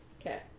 Okay